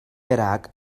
rak